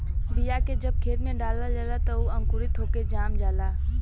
बीया के जब खेत में डालल जाला त उ अंकुरित होके जाम जाला